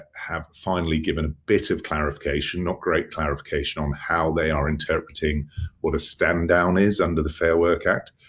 have finally given bit of clarification, not great clarification, um how they are interpreting what a stand down is under the fair work act.